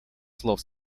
слов